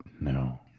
No